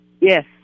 Yes